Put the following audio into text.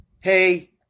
hey